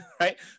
right